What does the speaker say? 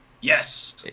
Yes